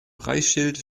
preisschild